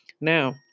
Now